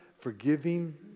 forgiving